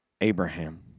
Abraham